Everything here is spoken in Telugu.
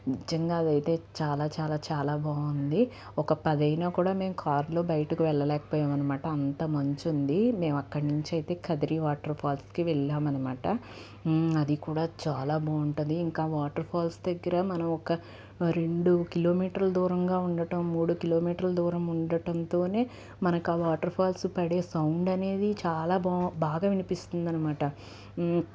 నిజంగా అవి అయితే చాలా చాలా చాలా బాగుంది ఒక పది అయినా కూడా మేము కారులో బయటకు వెళ్ళలేకపోయాం అనమాట అంత మంచు ఉంది మేము అక్కడి నుంచి అయితే కదిరి వాటర్ ఫాల్స్కి వెళ్ళాము అనమాట అది కూడా చాలా బాగుంటది ఇంకా వాటర్ ఫాల్స్ దగ్గర మనం ఒక రెండు కిలోమీటర్ల దూరంగా ఉండటం మూడు లోమీటర్ల దూరం ఉండటంతోనే మనకు ఆ వాటర్ ఫాల్స్ పడే సౌండ్ అనేది చాలా బా బాగా వినిపిస్తుందన్నమాట